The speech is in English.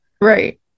Right